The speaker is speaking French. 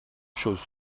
chose